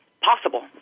possible